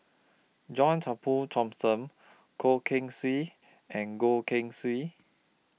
John Turnbull Thomson Goh Keng Swee and Goh Keng Swee